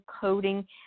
coding